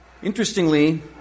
Interestingly